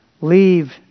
leave